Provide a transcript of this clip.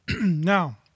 Now